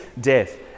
death